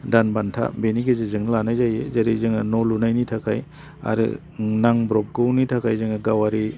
दान बान्था बिनि गेजेरजोंनो लानाय जायो जेरै जोङो न' लुनायनि थाखाय आरो नांब्रबगौनि थाखाय जोङो गावारि